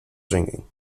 singing